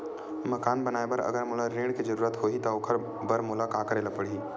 मकान बनाये बर अगर मोला ऋण के जरूरत होही त ओखर बर मोला का करे ल पड़हि?